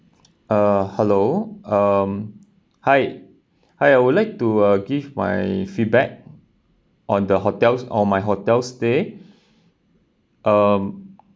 uh hello um hi hi I would like to uh give my feedback on the hotels on my hotel stay um